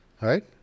right